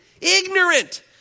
ignorant